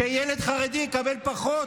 שילד חרדי יקבל פחות?